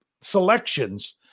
selections